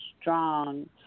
strong